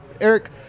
Eric